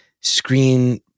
screen